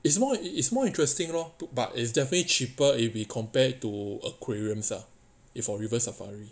is more it's more interesting lor put but it's definitely cheaper if you compared to aquariums ah or if our river safari